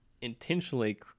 intentionally